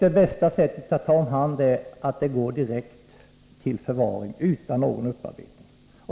Det bästa sättet att ta hand om det är att låta det gå direkt till förvaring utan någon upparbetning.